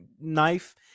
knife